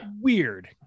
Weird